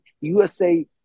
USA